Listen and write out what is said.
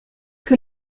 que